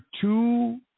two